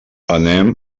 anem